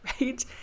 right